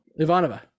Ivanova